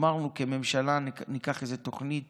אמרנו כממשלה שניקח איזו תוכנית